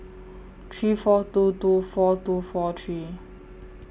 three four two two four two four three